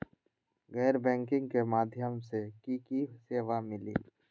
गैर बैंकिंग के माध्यम से की की सेवा मिली?